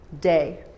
day